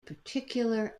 particular